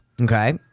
Okay